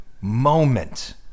moment